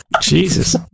Jesus